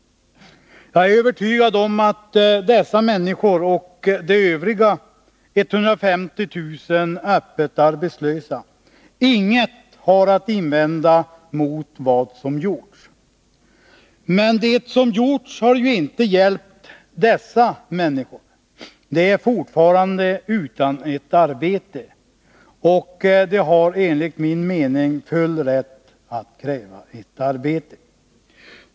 Jag är övertygad om att dessa människor och de övriga 150 000 öppet arbetslösa inget har att invända mot vad som gjorts. Men det som gjorts har ju inte hjälpt dessa människor. De är fortfarande utan arbete, och de har enligt min mening full rätt att kräva ett arbete.